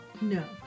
No